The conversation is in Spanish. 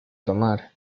tomar